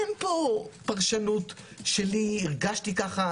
אין פה פרשנות שלי הרגשתי ככה,